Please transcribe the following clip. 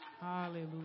Hallelujah